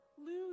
lose